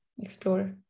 explore